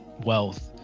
wealth